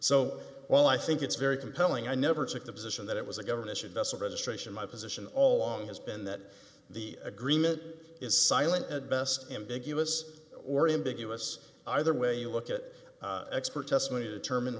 so while i think it's very compelling i never took the position that it was a government should vessel registration my position all along has been that the agreement is silent at best ambiguous or ambiguous either way you look at expert testimony determine